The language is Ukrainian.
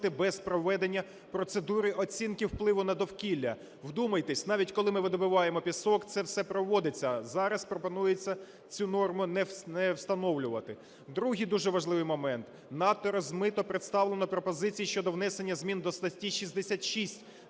без проведення процедури оцінки впливу на довкілля. Вдумайтесь, навіть коли ми видобуваємо пісок, це все проводиться. Зараз пропонується цю норму не встановлювати. Другий, дуже важливий момент: надто розмито представлено пропозиції щодо внесення змін до статті 66